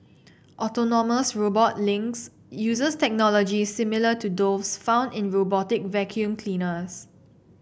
autonomous robot Lynx uses technology similar to those found in robotic vacuum cleaners